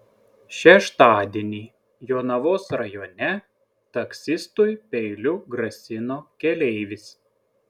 šeštadienį jonavos rajone taksistui peiliu grasino keleivis